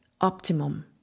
optimum